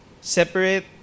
separate